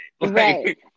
right